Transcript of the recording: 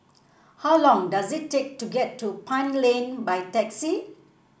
how long does it take to get to Pine Lane by taxi